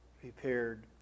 prepared